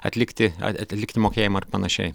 atlikti atlikti mokėjimą ir panašiai